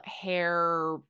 hair